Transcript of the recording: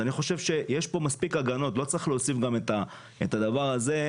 אני חושב שיש פה מספיק הגנות ולא צריך להוסיף גם את הדבר הזה,